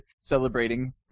celebrating